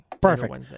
Perfect